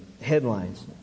Headlines